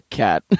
cat